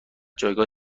جایگاه